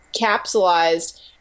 capsulized